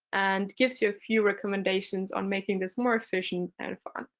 and gives you a few recommendations on making this more efficient and fun.